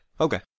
Okay